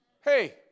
Hey